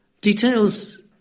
Details